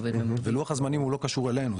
ולוח הזמנים לא קשור אלינו.